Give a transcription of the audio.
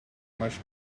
much